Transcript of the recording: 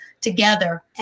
together